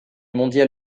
mondial